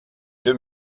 deux